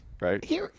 right